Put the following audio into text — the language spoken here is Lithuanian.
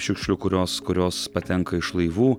šiukšlių kurios kurios patenka iš laivų